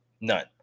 None